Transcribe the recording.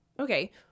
okay